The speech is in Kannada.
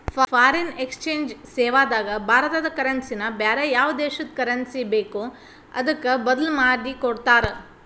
ಫಾರಿನ್ ಎಕ್ಸ್ಚೆಂಜ್ ಸೇವಾದಾಗ ಭಾರತದ ಕರೆನ್ಸಿ ನ ಬ್ಯಾರೆ ಯಾವ್ ದೇಶದ್ ಕರೆನ್ಸಿ ಬೇಕೊ ಅದಕ್ಕ ಬದ್ಲಿಮಾದಿಕೊಡ್ತಾರ್